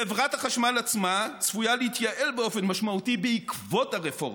חברת החשמל עצמה צפויה להתייעל באופן משמעותי בעקבות הרפורמה.